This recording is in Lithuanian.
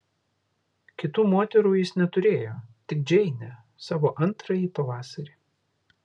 kitų moterų jis neturėjo tik džeinę savo antrąjį pavasarį